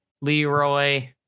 Leroy